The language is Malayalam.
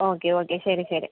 ഓക്കെ ഓക്കെ ശരി ശരി